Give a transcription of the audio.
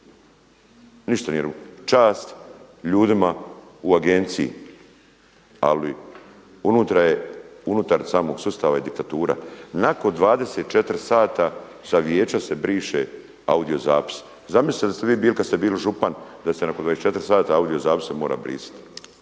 Ništa nije regulirano. Čas ljudima u agenciji ali unutra je, unutar samog sustava je diktatura. Nakon 24 sata sa vijeća se briše audio zapis. Zamislite da ste vi bili kada ste bili župan da se nakon 24h audio zapise mora brisati.